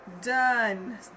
Done